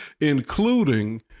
including